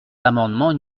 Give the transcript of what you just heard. l’amendement